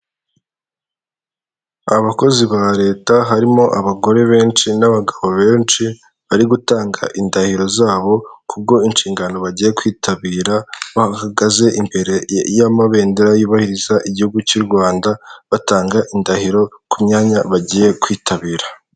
Abakozi ba leta harimo abagore benshi n'abagabo benshi, bari gutanga indahiro zabo, kubwo inshingano bagiye kwitabira, bahagaze imbere y'amabendera yubahiriza igihugu cy'Urwanda, batanga indahiro ku myanya bagiye kwitabira.